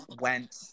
went